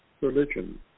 religion